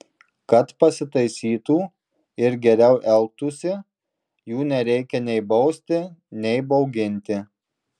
kad pasitaisytų ir geriau elgtųsi jų nereikia nei bausti nei bauginti